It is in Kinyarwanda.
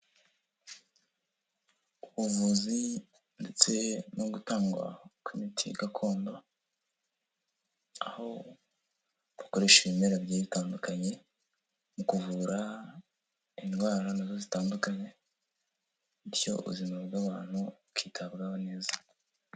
Ubuvuzi ndetse no gutangwa kw'imiti gakondo aho gukoresha ibimerara bigiye bitandukanye mu kuvura indwara nazo zitandukanye bityo ubuzima bw'abantu bukitabwaho neza.